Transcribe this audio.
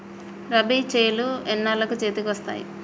రబీ చేలు ఎన్నాళ్ళకు చేతికి వస్తాయి?